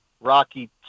Rocky